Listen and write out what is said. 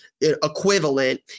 equivalent